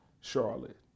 Charlotte